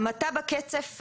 באביב צפויה שוב